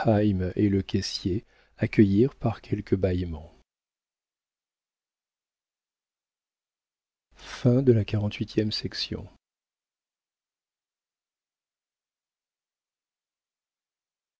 et le caissier accueillirent par quelques bâillements